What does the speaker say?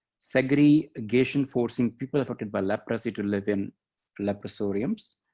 segregation forcing people affected by leprosy to live in leprosoriums,